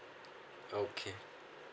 okay